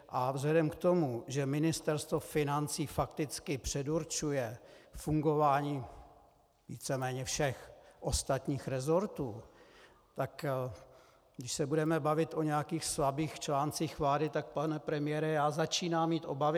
A vzhledem k tomu, že Ministerstvo financí fakticky předurčuje fungování víceméně všech ostatních resortů, tak když se budeme bavit o nějakých slabých článcích vlády, tak pane premiére, já začínám mít obavy.